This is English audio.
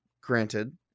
granted